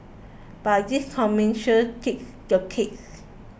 but this commercial takes the cakes